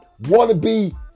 wannabe